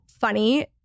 funny